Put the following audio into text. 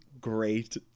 great